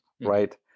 right